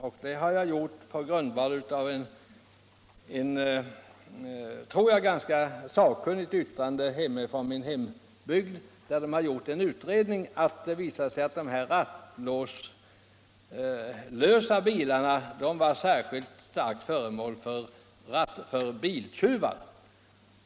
Jag har gjort det på grundval av ett som jag tror ganska sakkunnigt yttrande från min hembygd, där man gjort en undersökning som visar att rattlåslösa bilar särskilt ofta är utsatta för biltjuvar.